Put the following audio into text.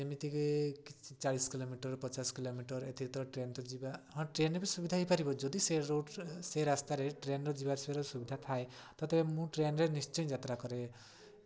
ଏମିତିକି ଚାଳିଶ୍ କିଲୋମିଟର୍ ପଚାଶ୍ କିଲୋମିଟର୍ ଏଥିରେ ତ ଟ୍ରେନ୍ ତ ଯିବା ହଁ ଟ୍ରେନ୍ରେ ବି ସୁବିଧା ହେଇପାରିବ ଯଦି ସେ ରୋଡ଼୍ରେ ସେ ରାସ୍ତାରେ ଟ୍ରେନ୍ର ଯିବା ଆସିବାର ସୁବିଧା ଥାଏ ତଥାପି ମୁଁ ଟ୍ରେନ୍ରେ ନିଶ୍ଚୟ ଯାତ୍ରା କରେ